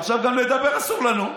עכשיו גם לדבר אסור לנו.